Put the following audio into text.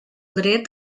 dret